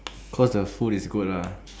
cause the food is good lah